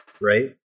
right